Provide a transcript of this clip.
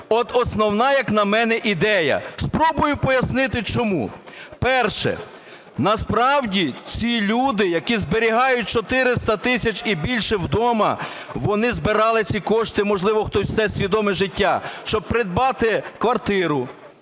От основна, як на мене, ідея. Спробую пояснити чому. Перше. Насправді ці люди, які зберігають 400 тисяч і більше вдома, вони збирали ці кошти, можливо, хтось все свідоме життя, щоб придбати квартиру,